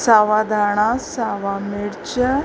सावा धाणा सावा मिर्चु